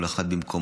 כל אחד במקומו,